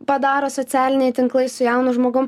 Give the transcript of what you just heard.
padaro socialiniai tinklai su jaunu žmogum